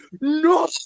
no